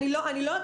אני לא אצא.